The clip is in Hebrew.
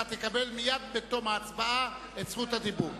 אתה תקבל מייד בתום ההצבעה את זכות הדיבור.